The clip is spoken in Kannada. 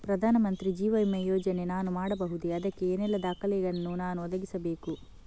ಪ್ರಧಾನ ಮಂತ್ರಿ ಜೀವ ವಿಮೆ ಯೋಜನೆ ನಾನು ಮಾಡಬಹುದೇ, ಅದಕ್ಕೆ ಏನೆಲ್ಲ ದಾಖಲೆ ಯನ್ನು ನಾನು ಒದಗಿಸಬೇಕು?